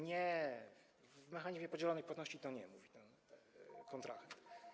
Nie, w mechanizmie podzielonej płatności to nie - mówi ten kontrahent.